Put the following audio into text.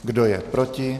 Kdo je proti?